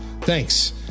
thanks